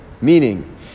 Meaning